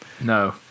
No